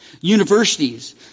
Universities